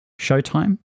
Showtime